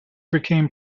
became